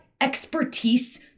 expertise